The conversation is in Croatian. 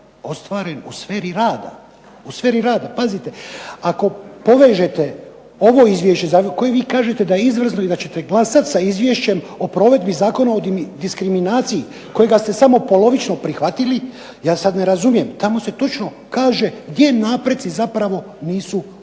ostvaren u sferi rada. Pazite ako povežete ovo izvješće za koje vi kažete da je izvrsno i da ćete glasati sa izvješćem o provedbi Zakona o diskriminaciji, kojega ste samo polovično prihvatili, ja sad ne razumijem, tamo se točno kaže gdje napreci zapravo nisu postignuti.